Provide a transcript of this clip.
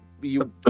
you-